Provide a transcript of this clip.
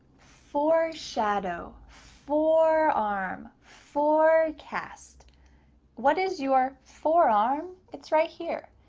foreshadow, forearm, forecast. what is your forearm? it's right here.